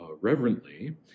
reverently